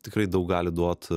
tikrai daug gali duot